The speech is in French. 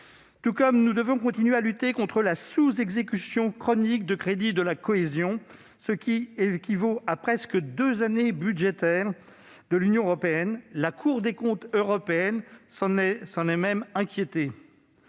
ailleurs, nous devons continuer à lutter contre la sous-exécution chronique des crédits de cohésion. Elle représente près de deux années budgétaires de l'Union européenne ! La Cour des comptes européenne s'en est même inquiétée.